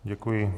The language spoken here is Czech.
Děkuji.